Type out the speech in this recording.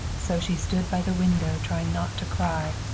so she stood by the window trying not to cry,